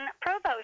Provost